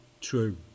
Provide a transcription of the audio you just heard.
true